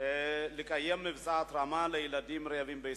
לקיים מבצע התרמה לילדים רעבים בישראל: